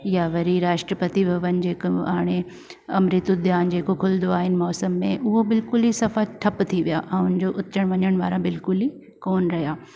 या वरी राष्ट्रपति भवन जेको हाणे अमृत उद्दान जेको खुलंदो आहे मौसम में उहो बिल्कुल ई सभु ठप थी विया ऐं उन जो अचणु वञनु वारा बिल्कुल ई कोनि रहिया